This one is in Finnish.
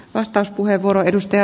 arvoisa puhemies